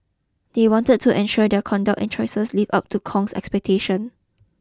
they wanted to ensure their conduct and choices lived up to Kong's expectations